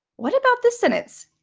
what about this sentence?